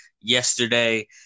Yesterday